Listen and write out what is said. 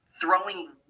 throwing